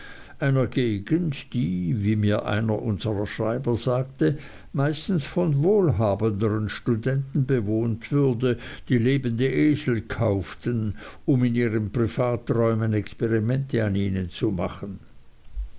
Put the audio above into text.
einer gegend die wie mir einer unserer schreiber sagte meistens von wohlhabendern studenten bewohnt würde die lebende esel kauften um in ihren privaträumen experimente an ihnen zu machen